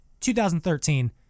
2013